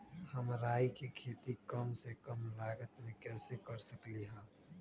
हम राई के खेती कम से कम लागत में कैसे कर सकली ह?